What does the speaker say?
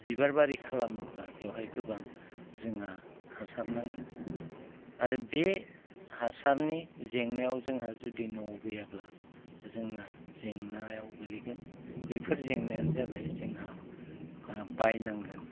बिबार बारि खालामोबा बेवहाय गोबां जोंहा हासार नांगोन आरो बे हासारनि जेंनायाव जोंहा जुदि न'आव गैयाब्ला जोंहा जेंनायाव गोग्लैगोन बेफोर जेंनायानो जाबाय जोंहा बायनांगोन